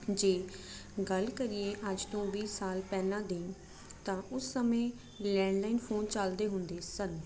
ਜੇ ਗੱਲ ਕਰੀਏ ਅੱਜ ਤੋਂ ਵੀਹ ਸਾਲ ਪਹਿਲਾਂ ਦੀ ਤਾਂ ਉਸ ਸਮੇਂ ਲੈਂਡਲਾਈਨ ਫੋਨ ਚਲਦੇ ਹੁੰਦੇ ਸਨ